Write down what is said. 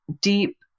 deep